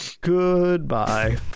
Goodbye